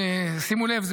שימו לב,